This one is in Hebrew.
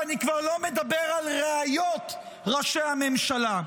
ואני כבר לא מדבר על רעיות ראשי הממשלה.